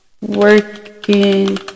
Working